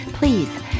Please